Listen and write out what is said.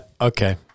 okay